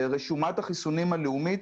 ברשומת החיסונים הלאומית,